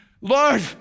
Lord